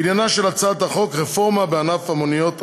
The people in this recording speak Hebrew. עניינה של הצעת החוק ברפורמה בענף מוניות השירות.